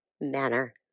manner